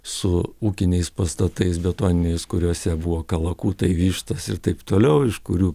su ūkiniais pastatais betoniniais kuriuose buvo kalakutai vištos ir taip toliau iš kurių